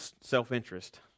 self-interest